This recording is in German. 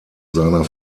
seiner